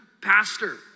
pastor